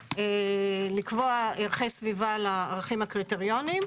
כאן לקבוע ערכי סביבה לערכים הקריטריונים.